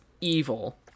evil